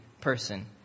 person